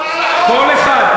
כל אחד,